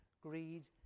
greed